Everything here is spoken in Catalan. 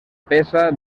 peça